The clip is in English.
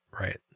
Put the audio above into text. right